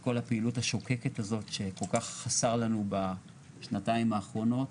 את כל הפעילות השוקקת הזאת שכל כך חסר לנו בשנתיים האחרונות.